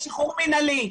זה שחרור מנהלי.